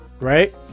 Right